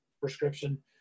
prescription